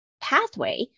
pathway